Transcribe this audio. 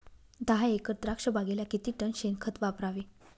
दहा एकर द्राक्षबागेला किती टन शेणखत वापरावे?